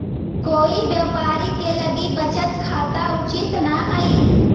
कोई व्यापारी के लिए बचत खाता उचित न हइ